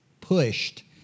pushed